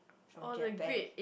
from Japan